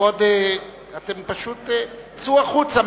צאו החוצה.